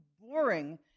boring